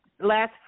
last